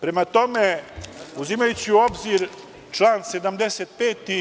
Prema tome, uzimajući u obzir član 75.